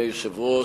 אדוני היושב-ראש,